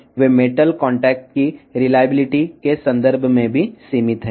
ఈ స్విచ్లు లోహం తో కూడిన కాంటాక్ట్ లు విశ్వసనీయత పరంగా కూడా ఇవి పరిమితం